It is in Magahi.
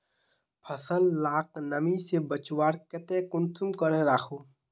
फसल लाक नमी से बचवार केते कुंसम करे राखुम?